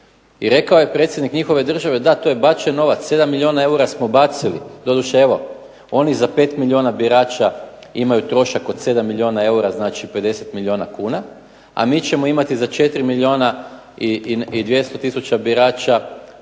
i rekao je predsjednik njihove države da to je bačen novac, 7 milijuna eura smo bacili, doduše oni za 5 milijuna birača imaju trošak od 7 milijuna eura, znači 50 milijuna kuna, a mi ćemo imati za 4 milijuna i 200 tisuća birača